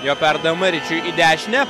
jo perdavimą ričiui į dešinę